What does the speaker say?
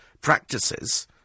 practices